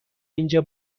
اینجا